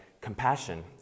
compassion